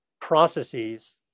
processes